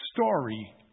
story